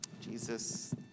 Jesus